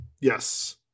Yes